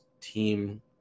team